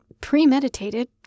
premeditated